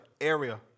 area